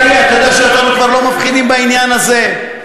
אתה יודע שאותנו כבר לא מפחידים בעניין הזה.